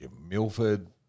Milford